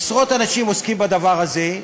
עשרות אנשים עוסקים בדבר הזה,